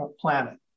planet